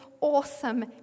awesome